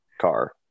car